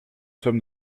somme